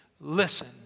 Listen